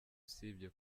usibye